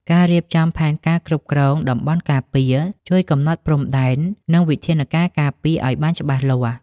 ការរៀបចំផែនការគ្រប់គ្រងតំបន់ការពារ ជួយកំណត់ព្រំដែន និងវិធានការការពារឱ្យបានច្បាស់លាស់។